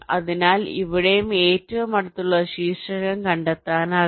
അതിനാൽ ഇവിടെയും ഏറ്റവും അടുത്തുള്ള ശീർഷകം കണ്ടെത്താനാകും